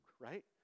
right